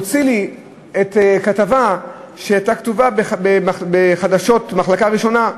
הוציא לי כתבה שהייתה ב"חדשות מחלקה ראשונה",